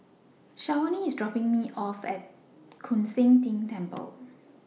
Shavonne IS dropping Me off At Koon Seng Ting Temple